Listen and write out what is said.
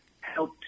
help